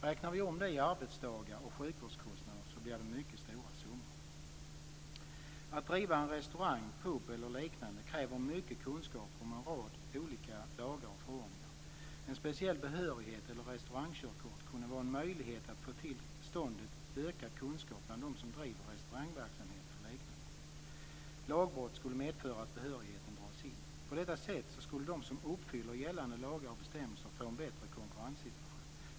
Räknar vi om det i arbetsdagar och sjukvårdskostnader blir det mycket stora summor. Att driva en restaurang, pub eller liknande kräver mycket kunskap om en rad olika lagar och förordningar. En speciell behörighet eller ett restaurangkörkort kunde vara en möjlighet att få till stånd ökad kunskap bland dem som driver restaurangverksamhet eller liknande. Lagbrott skulle medföra att behörigheten dras in. På detta sätt skulle de som uppfyller gällande lagar och bestämmelser få en bättre konkurrenssituation.